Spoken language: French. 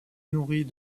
nourrit